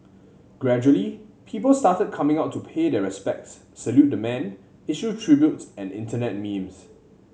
gradually people started coming out to pay their respects salute the man issue tributes and internet memes